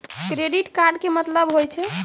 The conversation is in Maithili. क्रेडिट कार्ड के मतलब होय छै?